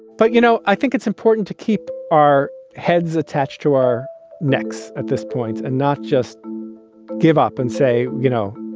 but, you know, i think it's important to keep our heads attached to our necks at this point and not just give up and say, you know,